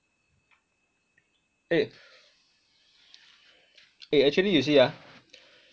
eh eh actually you see ah